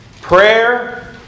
Prayer